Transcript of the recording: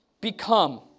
become